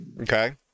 Okay